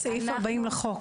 סעיף 40 לחוק.